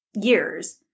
years